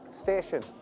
station